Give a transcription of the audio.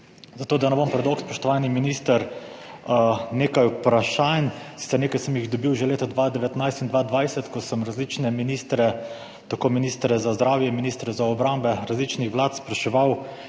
Zato, da ne bom predolg, spoštovani minister, nekaj vprašanj, sicer sem jih nekaj dobil že leta 2019 in 2020, ko sem različne ministre, tako ministre za zdravje, kot ministre za obrambo različnih vlad, spraševal,